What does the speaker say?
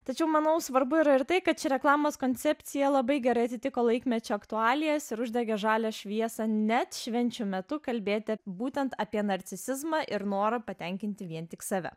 tačiau manau svarbu yra ir tai kad ši reklamos koncepcija labai gerai atitiko laikmečio aktualijas ir uždegė žalią šviesą net švenčių metu kalbėti būtent apie narcisizmą ir norą patenkinti vien tik save